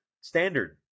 standard